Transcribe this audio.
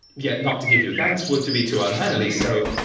yet not to give you thanks were to be too unmannerly. so,